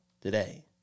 today